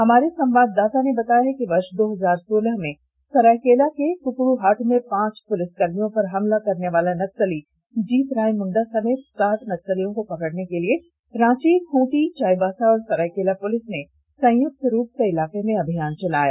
हमारे संवाददता ने बताया कि वर्ष दो हजार सोलह में सरायकेला के कुकड़ूहाट में पांच पुलिसकर्मियों पर हमला करनेवाला नक्सली जीतराय मुंडा समेत सात नक्सलियों को पकड़ने के लिए रांची खूंटी चाईबासा और सरायकेला पुलिस ने संयुक्त रूप से इलाके में अभियान चलाया